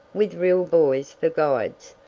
with real boys for guides!